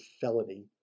felony